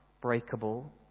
Breakable